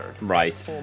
Right